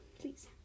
please